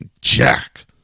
jack